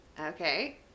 Okay